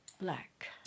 black